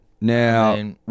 Now